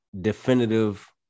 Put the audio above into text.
definitive